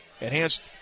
Enhanced